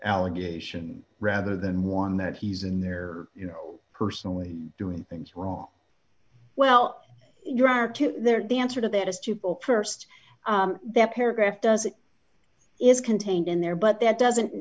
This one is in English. allegation rather than one that he's in there you know personally doing things wrong well you are to there the answer to that is to pull pursed that paragraph does it is contained in there but that doesn't